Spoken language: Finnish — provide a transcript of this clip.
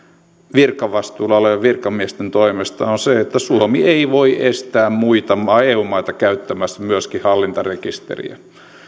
virkavastuulla virkamiesten toimesta on se että suomi ei voi estää muita eu maita käyttämästä hallintarekisteriä